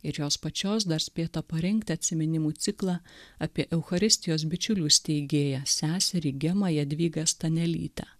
ir jos pačios dar spėta parengti atsiminimų ciklą apie eucharistijos bičiulių steigėją seserį gemą jadvyga stanelytė